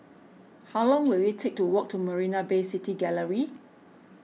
how long will it take to walk to Marina Bay City Gallery